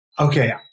Okay